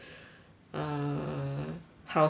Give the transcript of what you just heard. ah 好心菜